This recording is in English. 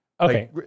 Okay